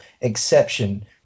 exception